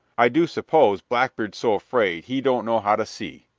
i do suppose blackbeard's so afraid he don't know how to see,